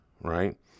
right